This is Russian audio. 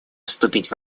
выступить